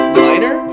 minor